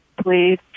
please